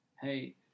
hey